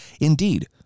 Indeed